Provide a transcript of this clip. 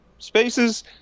spaces